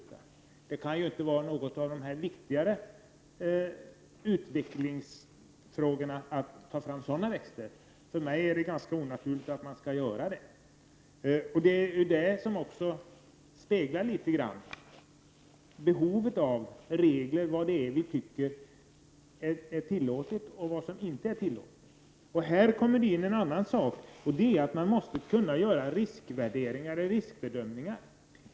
Men det kan ju inte vara någon av de viktigare utvecklingsfrågorna att ta fram sådana växter. För mig är det ganska onaturligt att man skall göra det. Detta speglar något av behovet av regler för vad som skall tillåtas och inte. Då kommer man in på ett annat område, nämligen att man måste kunna göra riskvärderingar och riskbedömningar.